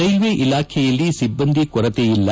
ರೈಲ್ಲೆ ಇಲಾಖೆಯಲ್ಲಿ ಸಿಬ್ದಂದಿ ಕೊರತೆ ಇಲ್ಲ